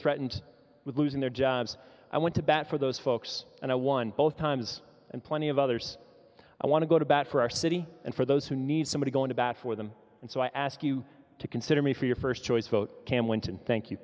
threatened with losing their jobs i went to bat for those folks and i won both times and plenty of others i want to go to bat for our city and for those who need somebody going to bat for them and so i ask you to consider me for your first choice vote cam winton thank you